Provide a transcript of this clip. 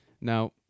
Now